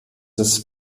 ist